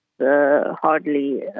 Hardly